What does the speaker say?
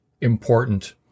important